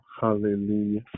hallelujah